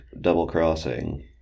double-crossing